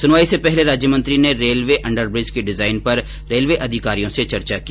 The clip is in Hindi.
सुनवाई से पहले राज्यमंत्री ने रेलवे अंडरब्रिज की डिजाइन पर रेलवे अधिकारियों से चर्चा की